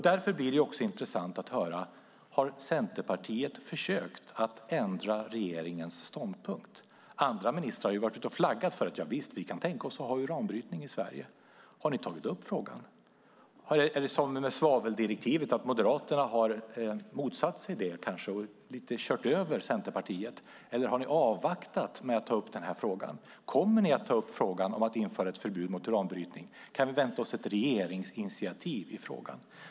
Därför blir det också intressant att höra: Har Centerpartiet försökt ändra regeringens ståndpunkt? Andra ministrar har varit ute och flaggat för att de kan tänka sig att ha uranbrytning i Sverige. Har ni tagit upp frågan? Är det som med svaveldirektivet att Moderaterna kanske har motsatt sig det och lite grann kört över Centerpartiet, eller har ni avvaktat med att ta upp denna fråga? Kommer ni att ta upp frågan om att införa ett förbud mot uranbrytning? Kan vi vänta oss ett regeringsinitiativ i frågan?